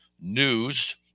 news